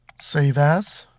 save as,